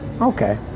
Okay